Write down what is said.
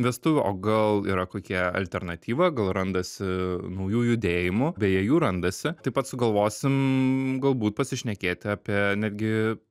vestuvių o gal yra kokia alternatyva gal randasi naujų judėjimų beje jų randasi taip pat sugalvosim galbūt pasišnekėti apie netgi